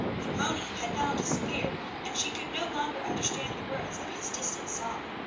for moni had now disappeared and she could no longer understand the words of his distant song.